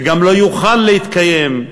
וגם לא יוכל להתקיים,